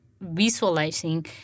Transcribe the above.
visualizing